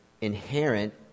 inherent